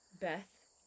Beth